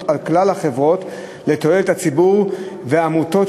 על כלל החברות לתועלת הציבור והעמותות,